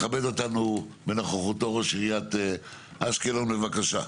מכבד אותנו בנוכחותו ראש עיריית אשקלון, בבקשה.